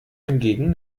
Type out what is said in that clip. hingegen